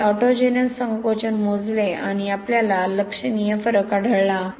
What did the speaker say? त्यामुळे ऑटोजेनस संकोचन मोजले आणि आपल्याला लक्षणीय फरक आढळला